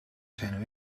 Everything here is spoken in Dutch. zijn